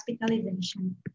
hospitalization